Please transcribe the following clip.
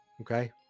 okay